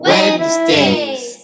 Wednesdays